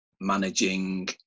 managing